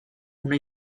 una